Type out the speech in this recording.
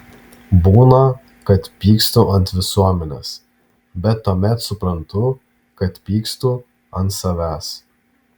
būna kad pykstu ant visuomenės bet tuomet suprantu kad pykstu ant savęs